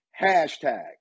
hashtag